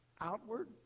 Outward